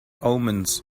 omens